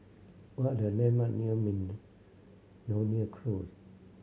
what are the landmark near Miltonia Close